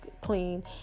clean